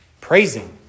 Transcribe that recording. praising